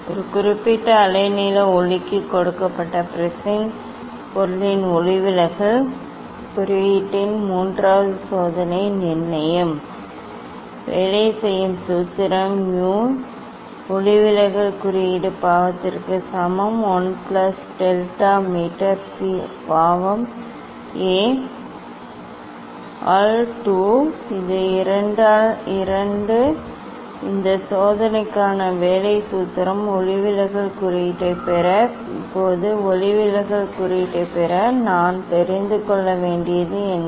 ஒரு குறிப்பிட்ட அலைநீள ஒளிக்கு கொடுக்கப்பட்ட ப்ரிஸின் பொருளின் ஒளிவிலகல் குறியீட்டின் மூன்றாவது சோதனை நிர்ணயம் வேலை செய்யும் சூத்திரம் mu ஒளிவிலகல் குறியீடு பாவத்திற்கு சமம் ஒரு பிளஸ் டெல்டா மீ 2 பாவம் A ஆல் 2 இது 2 இந்த சோதனைக்கான வேலை சூத்திரம் ஒளிவிலகல் குறியீட்டைப் பெற இப்போது ஒளிவிலகல் குறியீட்டைப் பெற நான் தெரிந்து கொள்ள வேண்டியது என்ன